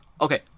Okay